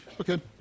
Okay